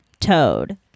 toad